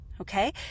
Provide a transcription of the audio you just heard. okay